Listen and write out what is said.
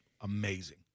amazing